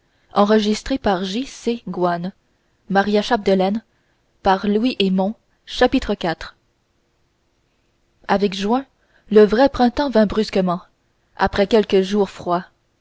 chapitre iv avec juin le vrai printemps vint brusquement après quelques jours froids